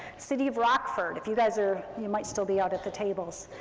city of rockford, if you guys are, you might still be out at the tables,